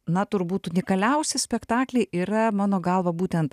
na turbūt unikaliausias spektakliai yra mano galva būtent